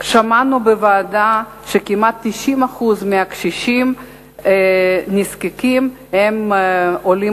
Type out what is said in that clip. שמענו בוועדה שכמעט 90% מהקשישים הנזקקים הם עולים